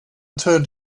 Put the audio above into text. turned